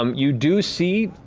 um you do see,